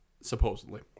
supposedly